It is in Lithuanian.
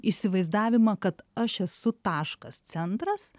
įsivaizdavimą kad aš esu taškas centras